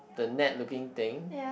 the net looking thing